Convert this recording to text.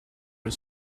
are